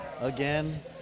again